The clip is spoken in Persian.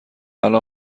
الان